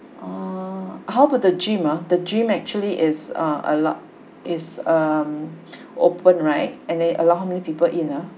ah how about the gym ah the gym actually is ah allowed is um opened right and they allow many people in ah